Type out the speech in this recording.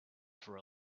for